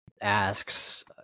asks